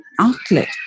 outlet